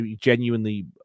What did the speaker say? genuinely